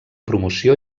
promoció